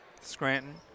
Scranton